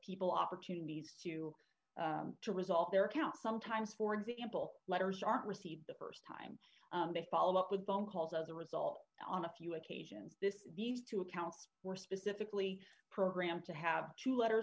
people opportunities to to resolve their accounts sometimes for example letters aren't received the st time to follow up with phone calls as a result on a few occasions this these two accounts were specifically programmed to have two let